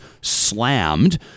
slammed